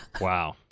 Wow